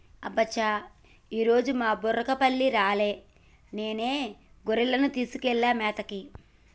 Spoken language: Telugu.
అబ్బ చా ఈరోజు మా బుర్రకపల్లి రాలే నేనే గొర్రెలను తీసుకెళ్లాలి మేతకి